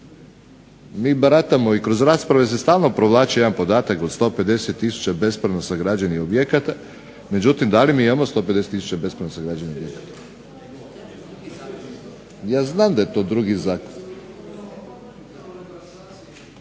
Mi baratamo i kroz rasprave se stalno provlači jedan podatak od 150 tisuća bespravno izgrađenih objekata. Međutim, da li mi imamo 150 tisuća bespravno sagrađenih objekata? Ja znam da je to drugi zakon.